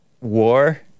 war